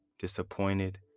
disappointed